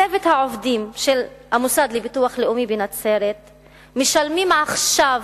צוות העובדים של המוסד לביטוח לאומי בנצרת משלמים עכשיו,